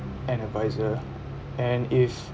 an adviser and if